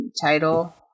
title